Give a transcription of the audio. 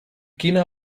quina